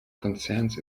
konzerns